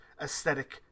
aesthetic